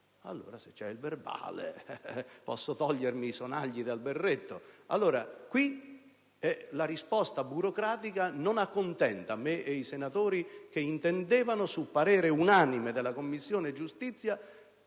Allora, se c'è il verbale posso togliermi i sonagli dal berretto. La risposta burocratica non accontenta me e i senatori che intendevano, su parere unanime della Commissione giustizia,